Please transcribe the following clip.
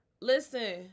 Listen